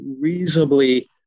reasonably